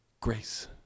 grace